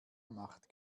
macht